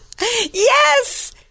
Yes